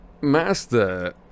Master